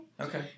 Okay